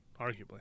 Arguably